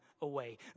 away